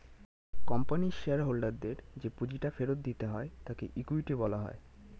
কোম্পানির শেয়ার হোল্ডারদের যে পুঁজিটা ফেরত দিতে হয় তাকে ইকুইটি বলা হয়